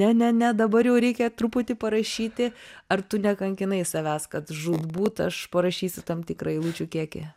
ne ne dabar jau reikia truputį parašyti ar tu nekankinai savęs kad žūtbūt aš parašysiu tam tikrą eilučių kiekį